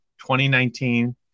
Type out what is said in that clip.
2019